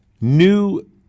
new